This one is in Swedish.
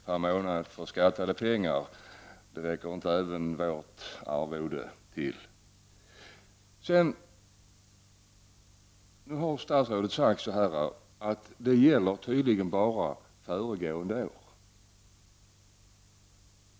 per månad av skattade pengar räcker inte vårt arvode till. Statsrådet har nu sagt att det bara gäller föregående år.